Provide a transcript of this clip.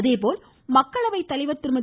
அதேபோல் மக்களவை தலைவர் திருமதி